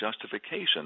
justification